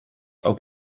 ook